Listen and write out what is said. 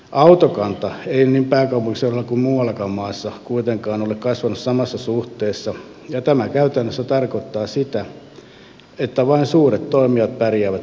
autokanta ei pääkaupunkiseudulla sen enempää kuin muuallakaan maassa kuitenkaan ole kasvanut samassa suhteessa ja tämä käytännössä tarkoittaa sitä että vain suuret toimijat pärjäävät kilpailussa